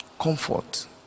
Comfort